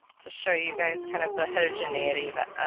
to show you guys kind of the heterogeneity that